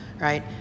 right